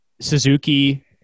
Suzuki